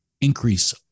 increase